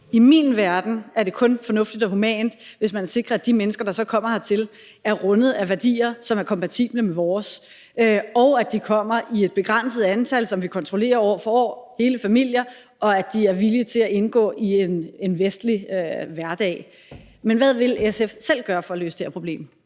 I min verden er det kun fornuftigt og humant, hvis man sikrer, at de mennesker, der så kommer hertil, er rundet af værdier, som er kompatible med vores, og at de kommer i et begrænset antal, som vi kontrollerer år for år, hele familier, og at de er villige til at indgå i en vestlig hverdag. Men hvad vil SF selv gøre for at løse det her problem?